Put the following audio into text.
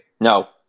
No